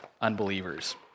unbelievers